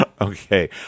Okay